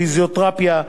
פיזיותרפיה,